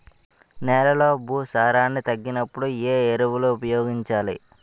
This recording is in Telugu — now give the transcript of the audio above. నెలలో భూసారాన్ని తగ్గినప్పుడు, ఏ ఎరువులు ఉపయోగించాలి?